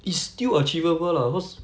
it's still achievable lah cause